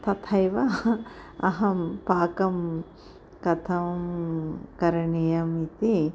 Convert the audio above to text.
तथैव अहं पाकं कथं करणीयम् इति